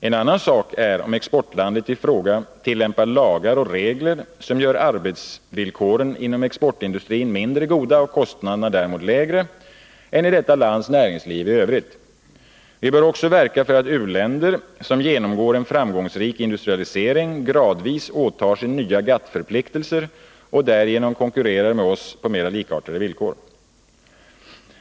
En annan sak är om exportlandet i fråga tillämpar lagar och regler som gör arbetsvillkoren inom exportindustrin mindre goda — och kostnaderna därmed lägre — än i detta lands näringsliv i övrigt. Vi bör också verka för att u-länder som genomgår en framgångsrik industrialisering gradvis åtar sig nya GATT-förpliktelser och därigenom konkurrerar med oss på mera likartade villkor.